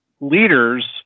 leaders